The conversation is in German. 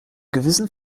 gewissen